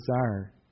desire